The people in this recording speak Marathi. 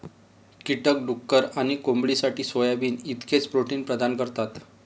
कीटक डुक्कर आणि कोंबडीसाठी सोयाबीन इतकेच प्रोटीन प्रदान करतात